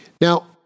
Now